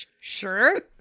Sure